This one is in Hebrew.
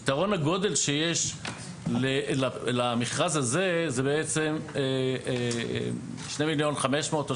היתרון הגדול שיש למכרז הזה זה בעצם שני מיליון חמש מאות או